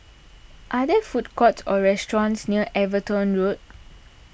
are there food courts or restaurants near Everton Road